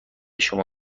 شما